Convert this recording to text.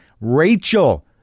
rachel